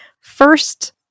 first